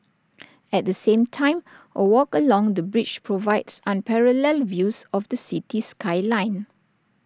at the same time A walk along the bridge provides unparalleled views of the city skyline